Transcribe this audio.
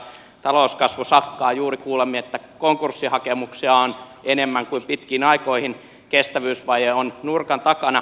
talouskasvu sakkaa juuri kuulimme että konkurssihakemuksia on enemmän kuin pitkiin aikoihin kestävyysvaje on nurkan takana